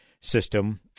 system